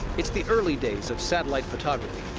it's the early days of satellite photography,